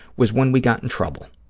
was when we got in trouble.